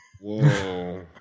Whoa